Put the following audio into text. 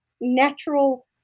natural